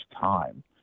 time